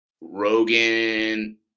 Rogan